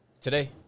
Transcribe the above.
Today